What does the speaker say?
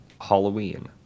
Halloween